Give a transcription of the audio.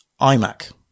iMac